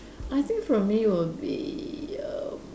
I think for me would be err